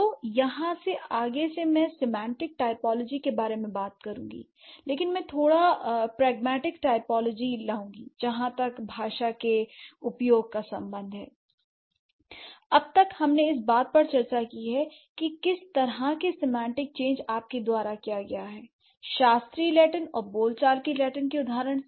तो यहाँ से आगे से मैं सिमेंटेक टाइपोलॉजी के बारे में बात करूंगी लेकिन मैं थोड़ा व्मैट्रिक्स टाइपोलॉजी लाऊंगी जहाँ तक भाषा के उपयोग का संबंध है l अब तक हमने इस बात पर चर्चा की है कि किस तरह से सिमएंटीक चेंज आपके द्वारा किया गया है शास्त्रीय लैटिन और बोलचाल के लैटिन के उदाहरण से